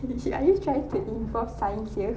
legit are you trying to involve science here